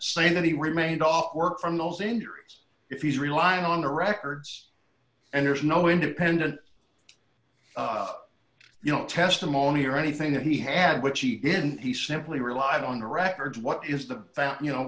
saying that he remained off work from those injuries if he's relying on the records and there's no independent you know testimony or anything that he had which he didn't he simply relied on the records what is the fact you know